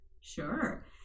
Sure